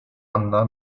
anna